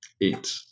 eight